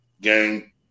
game